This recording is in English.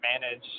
manage